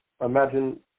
imagine